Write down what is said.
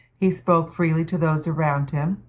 he spoke freely to those around him,